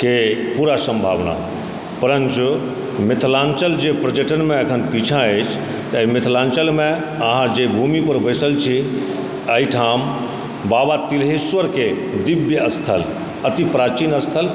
के पूरा सम्भावना परञ्च मिथिलाञ्चल जे पर्यटनमे अखन पीछा अछि तऽ मिथिलाञ्चलमे अहाँ जे भूमि पर बसिल छी एहिठाम बाबा तेल्हेश्वरके दिव्य स्थल अति प्राचीन स्थल